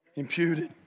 Imputed